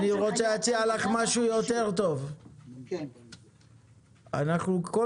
אני רוצה להציע לך משהו יותר טוב, שאנחנו, כל